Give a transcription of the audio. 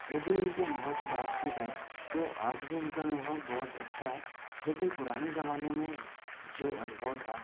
यदि इनके अनुभव की बात की जाए तो आज भी इनका अनुभव बहुत अच्छा है लेकिन पुराने ज़माने में जो अनुभव था